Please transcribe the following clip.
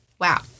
Wow